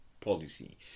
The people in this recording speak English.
policy